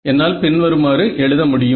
என்னால் பின்வருமாறு எழுத முடியும்